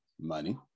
money